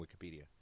Wikipedia